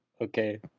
Okay